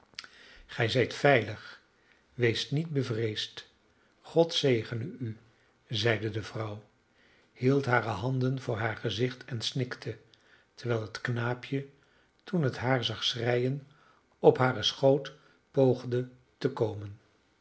gij zijt veilig wees niet bevreesd god zegene u zeide de vrouw hield hare handen voor haar gezicht en snikte terwijl het knaapje toen het haar zag schreien op haren schoot poogde te komen